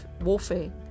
warfare